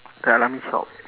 the al ameen shop